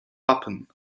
wappen